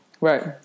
Right